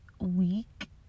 week